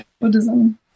Buddhism